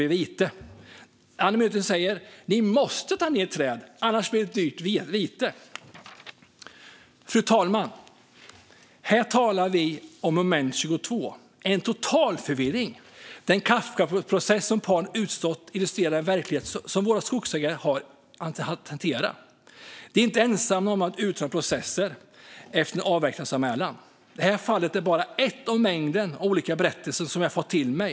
Den andra myndigheten säger: Ni måste fälla träd, annars blir det dyrt vite. Fru talman! Här kan vi tala om ett moment 22 - en total förvirring! Den Kafkaliknande process som paret har fått utstå illustrerar den verklighet som våra skogsägare har att hantera. Annette och Peter är inte ensamma om utdragna processer efter en avverkningsanmälan. Detta fall är bara ett i en mängd berättelser som jag har fått till mig.